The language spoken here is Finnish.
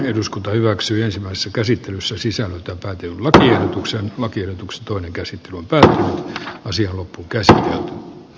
eduskunta hyväksyy sen käsittelyssä sisällöstä päätti vetää uusien lakien poks toinen käsi kun pää osin loppukesää valitettavan lyhyt